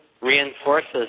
reinforces